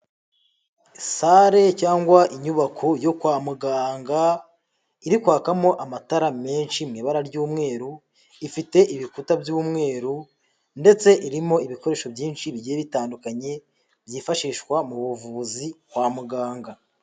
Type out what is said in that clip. Sare cyangwa inyubako yo kwa muganga iri kwakamo amatara menshi mu ibara ry'umweru, ifite ibikuta by'umweru ndetse irimo ibikoresho byinshi bigiye bitandukanye byifashishwa mu buvuzi kwa muganga.